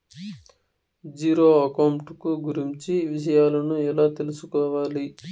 Zero account కు గురించి విషయాలను ఎలా తెలుసుకోవాలి?